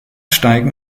steigen